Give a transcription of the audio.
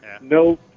no